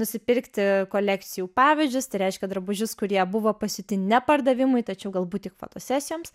nusipirkti kolekcijų pavyzdžius tai reiškia drabužius kurie buvo pasiūti ne pardavimui tačiau galbūt tik fotosesijoms